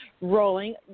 rolling